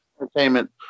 entertainment